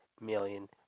million